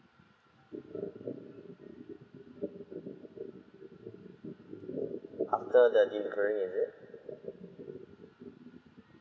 after the delivery is it